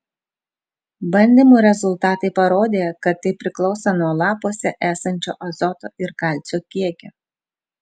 bandymų rezultatai parodė kad tai priklauso nuo lapuose esančio azoto ir kalcio kiekio